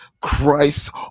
Christ